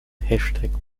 hashtag